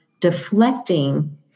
deflecting